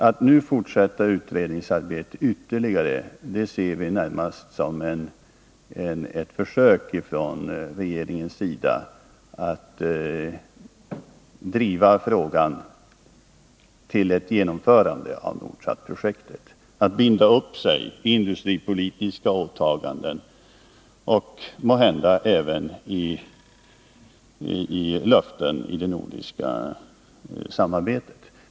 Att nu fortsätta utredningsarbetet ytterligare betraktar vi närmast som ett försök från regeringens sida att driva frågan till ett genomförande av Nordsatprojektet, att binda upp sig vid industripolitiska åtaganden och måhända även vid löften i det nordiska samarbetet.